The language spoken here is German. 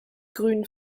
grünen